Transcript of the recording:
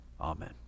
Amen